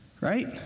Right